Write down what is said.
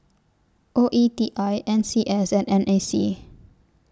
O E T I N C S and N A C